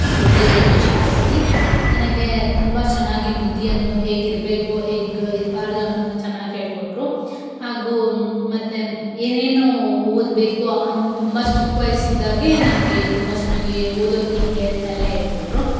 ಒಂದೊಳ್ಳೆ ಶಾಲೆಯಲ್ಲಿ ನನಗೆ ತುಂಬ ಚೆನ್ನಾಗಿ ಬುದ್ಧಿಯನ್ನು ಹೇಗಿರಬೇಕು ಹೇಗೆ ಇರಬಾರ್ದು ಅನ್ನೋದು ಚೆನ್ನಾಗಿ ಹೇಳಿಕೊಟ್ರು ಹಾಗೂ ಮತ್ತು ಏನೇನು ಓದಬೇಕು ಅಂತ ತುಂಬ ಚಿಕ್ಕ ವಯಸ್ಸಿದ್ದಾಗೇ ನನಗೆ ತುಂಬ ಚೆನ್ನಾಗಿ ಓದೋದು ಹೇಗೆ ಅಂತೆಲ್ಲ ಹೇಳಿಕೊಟ್ರು